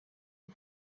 est